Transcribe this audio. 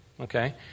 Okay